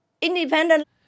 Independent